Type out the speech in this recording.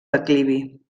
declivi